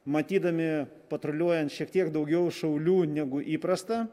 matydami patruliuojant šiek tiek daugiau šaulių negu įprasta